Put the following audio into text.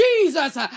Jesus